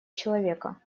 человека